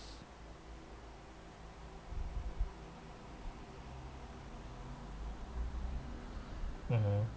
mmhmm